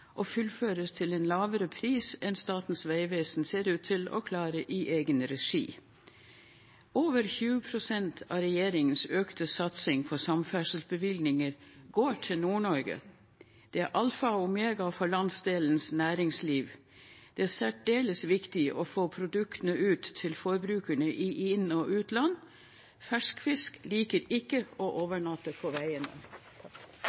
og større effektivitet og for at man skal kunne fullføre til en lavere pris enn Statens vegvesen ser ut til å klare i egen regi. Over 20 pst. av regjeringens økte satsing på samferdselsbevilgninger går til Nord-Norge. Det er alfa og omega for landsdelens næringsliv, og det er særdeles viktig for å få produktene ut til forbrukerne i inn- og utland. Ferskfisk liker ikke